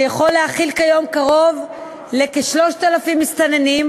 שיכול להכיל כיום קרוב לכ-3,000 מסתננים,